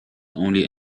only